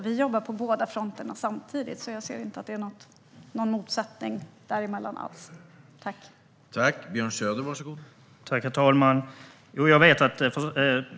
Vi jobbar på båda fronterna samtidigt, så jag ser inte någon motsättning alls där.